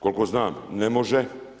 Koliko znam ne može.